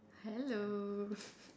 hello